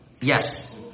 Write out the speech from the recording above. Yes